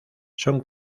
son